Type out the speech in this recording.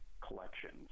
collections